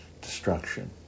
destruction